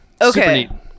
Okay